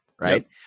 Right